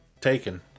Taken